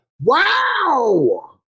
Wow